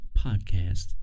Podcast